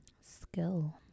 skill